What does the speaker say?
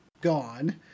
gone